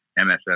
MSS